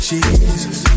Jesus